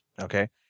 okay